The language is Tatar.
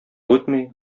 үтми